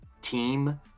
team